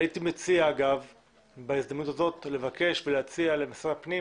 הייתי מציע בהזדמנות הזאת לבקש ולהציע למשרד הפנים